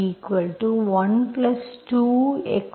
இது ∂M∂y12xey